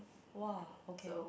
!wah! okay